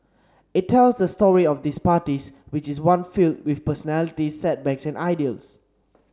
it tells the story of these parties which is one filled with personalities setbacks and ideals